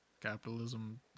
capitalism